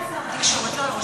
אז תענה רק על שר התקשורת,